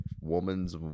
woman's